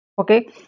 okay